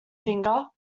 finger